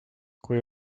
kui